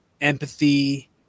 empathy